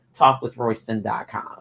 Talkwithroyston.com